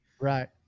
Right